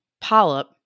polyp